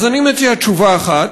אז אני מציע תשובה אחת,